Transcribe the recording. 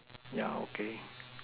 yeah okay